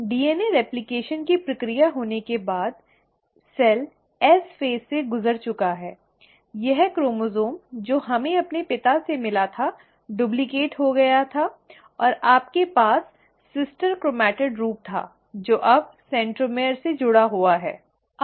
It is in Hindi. अब डीएनए प्रतिकृति की प्रक्रिया होने के बाद सेल एस चरण से गुजर चुका है यह क्रोमोसोम् जो हमें अपने पिता से मिला था डुप्लिकेट हो गया था और आपके पास सिस्टर क्रोमैटिड्स' रूप था जो अब सेंट्रोमियर से जुड़ा हुआ है